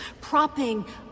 propping